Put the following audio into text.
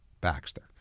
Baxter